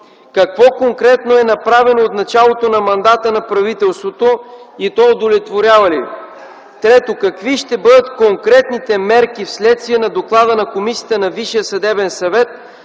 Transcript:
Какво конкретно е направено от началото на мандата на правителството и то удовлетворява ли Ви? Трето, какви ще бъдат конкретните мерки вследствие на доклада на комисията на Висшия съдебен съвет